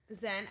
Zen